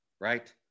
right